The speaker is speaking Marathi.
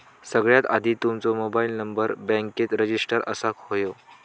सगळ्यात आधी तुमचो मोबाईल नंबर बॅन्केत रजिस्टर असाक व्हयो